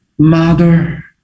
mother